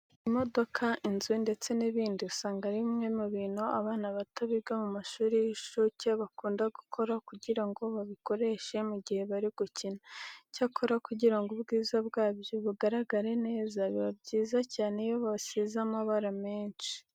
Imodoka, inzu ndetse n'ibindi usanga ari bimwe mu bintu abana bato biga mu mashuri y'incuke bakunda gukora kugira ngo babikoreshe mu gihe bari gukina. Icyakora kugira ngo ubwiza bwabyo bugaragare neza, biba byiza cyane iyo babisize amabara menshi.